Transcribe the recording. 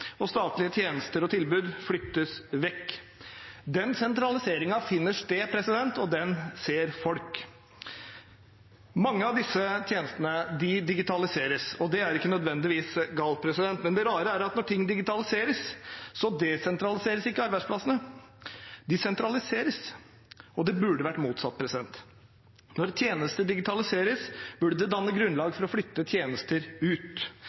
og statlige tjenester og tilbud flyttes vekk. Den sentraliseringen finner sted, og den ser folk. Mange av disse tjenestene digitaliseres, og det er ikke nødvendigvis galt, men det rare er at når ting digitaliseres, desentraliseres ikke arbeidsplassene – de sentraliseres. Det burde vært motsatt. Når tjenester digitaliseres, burde det danne grunnlag for å flytte tjenester ut,